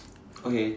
okay